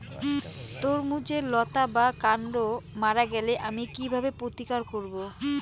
তরমুজের লতা বা কান্ড মারা গেলে আমি কীভাবে প্রতিকার করব?